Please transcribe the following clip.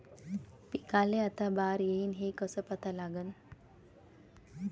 पिकाले आता बार येईन हे कसं पता लागन?